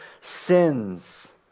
sins